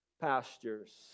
pastures